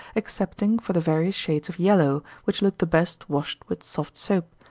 excepting for the various shades of yellow, which look the best washed with soft soap,